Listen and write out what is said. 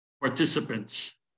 participants